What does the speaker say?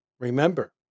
Remember